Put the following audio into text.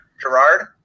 Gerard